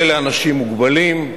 כולל לאנשים מוגבלים,